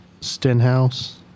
Stenhouse